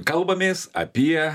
kalbamės apie